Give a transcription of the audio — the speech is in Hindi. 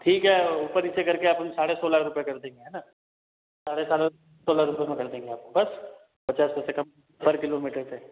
ठीक है ऊपर नीचे करके आप हम साढ़े सोलह रुपए कर दीजिए है ना साढ़े सोलह में कर देंगे आपको पचास रुपए कम पर किलोमीटर पे